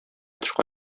тышка